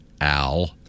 Al